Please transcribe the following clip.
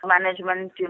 management